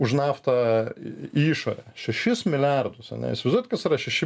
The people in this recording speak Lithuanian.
už naftą į išorę šešis milijardus ane įsivaizduojat kas yra šeši